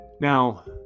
Now